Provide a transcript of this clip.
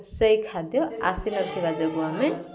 ସେଇ ଖାଦ୍ୟ ଆସିନଥିବା ଯୋଗୁଁ ଆମେ